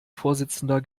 vorsitzender